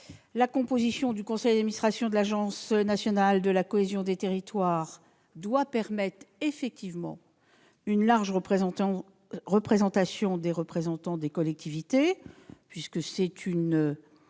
La composition du conseil administration de l'agence nationale de la cohésion des territoires doit en effet permettre une large représentation des représentants des collectivités, puisque c'est une